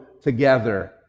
together